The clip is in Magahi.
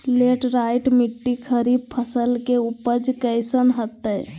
लेटराइट मिट्टी खरीफ फसल के उपज कईसन हतय?